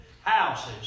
houses